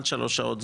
עד שלוש שעות,